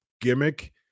gimmick